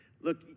Look